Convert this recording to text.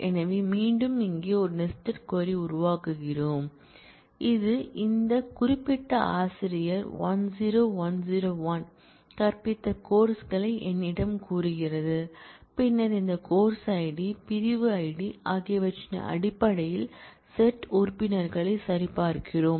எனவே மீண்டும் இங்கே ஒரு நெஸ்டட் க்வரி உருவாக்குகிறோம் இது இந்த குறிப்பிட்ட ஆசிரியர் 10101 கற்பித்த கோர்ஸ் களை என்னிடம் கூறுகிறது பின்னர் இந்த கோர்ஸ் ஐடி பிரிவு ஐடி ஆகியவற்றின் அடிப்படையில் செட் உறுப்பினர்களை சரிபார்க்கிறோம்